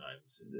times